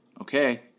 Okay